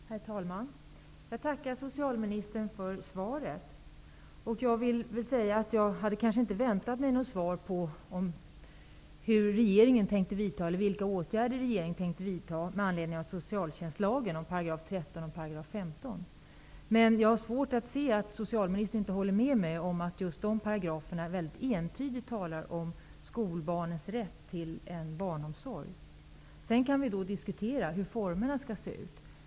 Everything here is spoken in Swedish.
Herr talman! Jag tackar socialministern för svaret. Jag hade nog inte väntat mig något svar på frågan om vilka åtgärder regeringen tänkt vidta med anledning av socialtjänstlagens §§ 13 och 15. Men jag har svårt att förstå att socialministern inte håller med mig om att just dessa paragrafer väldigt entydigt talar om skolbarnens rätt till en barnomsorg. Sedan kan vi diskutera formerna.